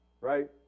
right